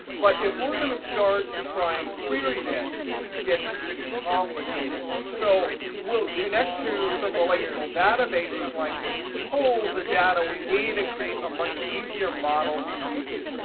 but if we're going to start to try and query this, this gets pretty complicated. so we'll connect to some relational databases like this, pull the data we need, and create a much easier model to use.